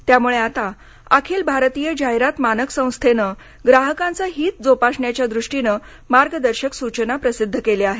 त्यामुळे आता अखिल भारतीय र जाहिरात मानक संस्थेने ग्राहकांचे हित जोपासण्याच्या दृष्टीने मार्गदर्शक सूचना प्रसिद्ध केल्या आहेत